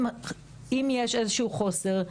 אם יש איזשהו חוסר,